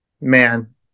man